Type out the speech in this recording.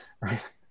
Right